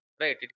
Right